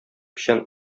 печән